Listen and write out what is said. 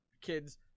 kids